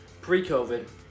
pre-COVID